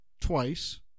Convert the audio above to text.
twice